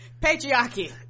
patriarchy